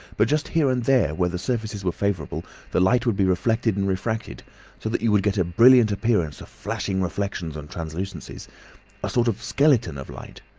but just here and there where the surfaces were favourable the light would be reflected and refracted, so that you would get a brilliant appearance of flashing reflections and translucencies a sort of skeleton of light.